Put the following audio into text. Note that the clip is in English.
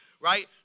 right